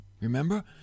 remember